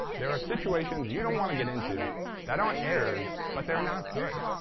there are situations you don't want to get into that aren't errors but they're not good.